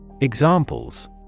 Examples